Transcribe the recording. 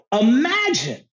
imagine